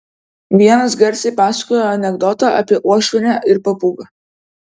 vienas garsiai pasakojo anekdotą apie uošvienę ir papūgą